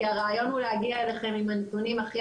כי הרעיון הוא להגיע אליכם עם הנתונים הכי